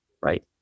right